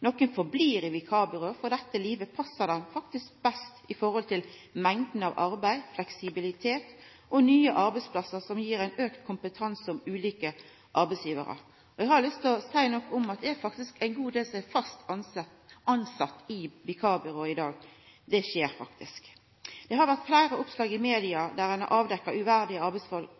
Nokre blir verande i vikarbyrå, fordi dette livet faktisk passar dei best med tanke på arbeidsmengda, fleksibilitet og nye arbeidsplassar, som gir auka kompetanse om ulike arbeidsgivarar. Og det er ein god del som er fast tilsette i vikarbyrå i dag – det skjer faktisk. Det har vore fleire oppslag i